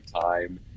time